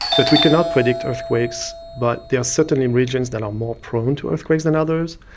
but we cannot predict earthquakes, but there are certainly regions that are more prone to earthquakes than others,